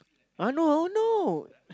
I know I know